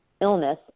illness